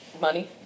money